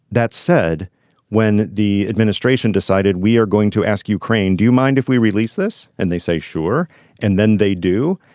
that said when the administration decided we are going to ask ukraine do you mind if we release this and they say sure and then they do.